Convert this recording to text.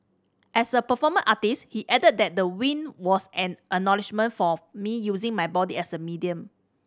as a performance artist he added that the win was an acknowledgement for me using my body as a medium